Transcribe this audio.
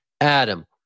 Adam